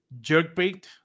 jerkbait